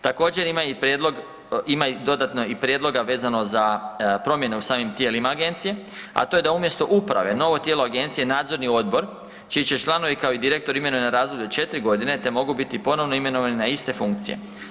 Također ima i dodatno prijedloga vezano za promjene u samim tijelima agencije, a to je da umjesto uprave novo tijelo agencije nadzorni odbor čiji će članovi kao i direktor imenuje na razdoblje od četiri godine te mogu biti ponovno imenovani na iste funkcije.